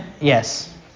Yes